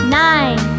nine